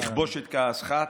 תכבוש את כעסך.